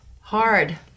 hard